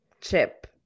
chip